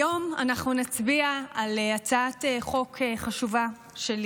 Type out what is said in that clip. היום אנחנו נצביע על הצעת חוק חשובה שלי